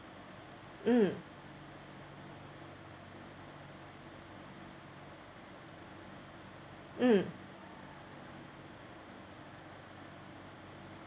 mm mm